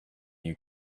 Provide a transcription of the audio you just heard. you